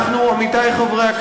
העמיתים שלך לסיעה